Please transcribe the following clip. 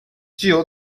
具有